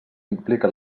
implica